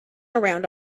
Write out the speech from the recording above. around